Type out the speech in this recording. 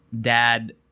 dad